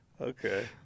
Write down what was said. okay